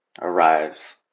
arrives